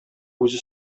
үзе